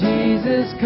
Jesus